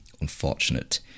unfortunate